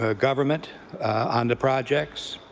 ah government on the projects.